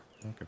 okay